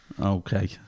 okay